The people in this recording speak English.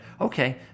Okay